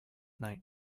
night